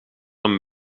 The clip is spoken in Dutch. een